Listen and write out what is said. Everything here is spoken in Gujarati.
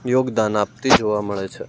યોગદાન આપતી જોવા મળે છે